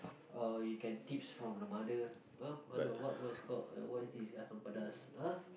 or you can tips from the mother ah mother what is it called what is this asam-pedas ah